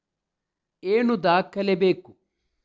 ಏನು ದಾಖಲೆ ಬೇಕು?